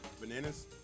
Bananas